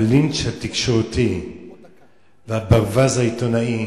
הלינץ' התקשורתי והברווז העיתונאי